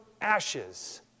ashes